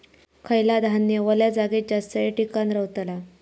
खयला धान्य वल्या जागेत जास्त येळ टिकान रवतला?